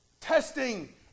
Testing